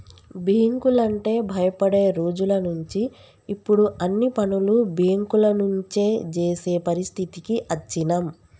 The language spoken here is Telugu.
బ్యేంకులంటే భయపడే రోజులనుంచి ఇప్పుడు అన్ని పనులు బ్యేంకుల నుంచే జేసే పరిస్థితికి అచ్చినం